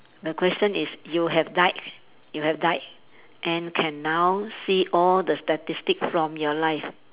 the question is you have died you have died and can now see all the statistic from your life